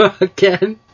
Again